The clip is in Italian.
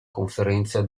conferenza